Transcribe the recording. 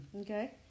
Okay